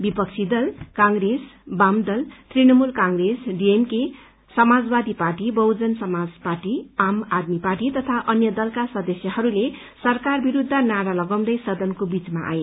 विपक्षी दल कंग्रेस वामदल Trinamool Congress DMK Samajwadi Party Bahujan Samaj Party Aam Aadmi Party तथा अन्य दलका सदस्यहरूले सरकार विरूद्ध नारा लगाउँदै सदनको बीचमा आए